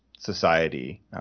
society